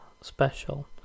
special